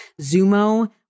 Zumo